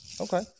Okay